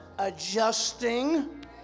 adjusting